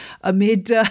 amid